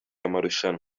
amarushanwa